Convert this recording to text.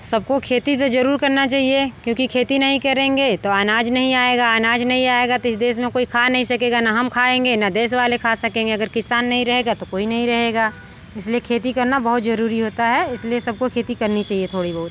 सबको खेती तो ज़रूर करना चाइए क्योंकि खेती नहीं करेंगे तो अनाज नहीं आएगा अनाज नहीं आएगा तो इस देश में कोई खा नहीं सकेगा न हम खाएँगे न देश वाले खा सकेंगे अगर किसान नहीं रहेगा तो कोई नहीं रहेगा इसलिए खेती करना बहुत ज़रूरी होता है इसलिए सबको खेती करनी चाहिए थोड़ी बहुत